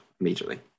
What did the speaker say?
immediately